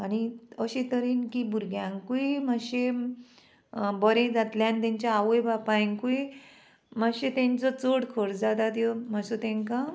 आनी अशे तरेन की भुरग्यांकूय मातशें बरें जातलें आनी तेंच्या आवय बापायकूय मातशें तेंचो चड खर्च आता त्यो मातसो तेंकां